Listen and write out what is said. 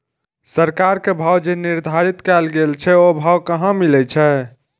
सरकार के भाव जे निर्धारित कायल गेल छै ओ भाव कहाँ मिले छै?